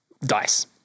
dice